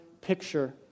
picture